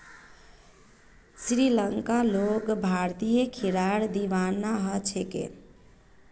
श्रीलंकार लोग भारतीय खीरार दीवाना ह छेक